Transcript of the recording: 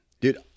dude